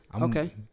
okay